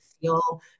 feel